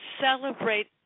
Celebrate